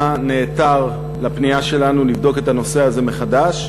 נעתר לפנייה שלנו לבדוק את הנושא הזה מחדש,